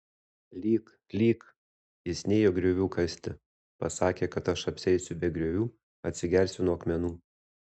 lyk lyk jis nėjo griovių kasti pasakė kad aš apsieisiu be griovių atsigersiu nuo akmenų